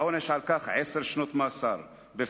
העונש על כך הוא עשר שנות מאסר בפועל,